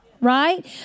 right